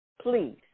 please